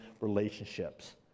relationships